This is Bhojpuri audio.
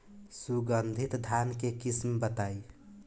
सुगंधित धान के किस्म बताई?